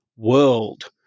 world